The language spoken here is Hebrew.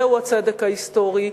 זהו הצדק ההיסטורי,